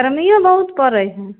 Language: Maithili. गरमिओ बहुत पड़ै हइ